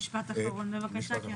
משפט אחרון בבקשה.